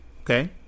Okay